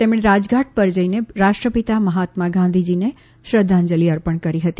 તેમણે રાજઘાટ પર જઈને રાષ્ટ્રપિતા મહાત્મા ગાંધીને શ્રદ્ધાંજલિ અર્પણ કરી હતી